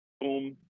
boom